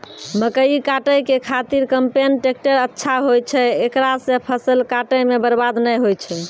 मकई काटै के खातिर कम्पेन टेकटर अच्छा होय छै ऐकरा से फसल काटै मे बरवाद नैय होय छै?